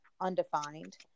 undefined